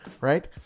Right